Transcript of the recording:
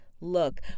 look